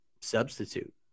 substitute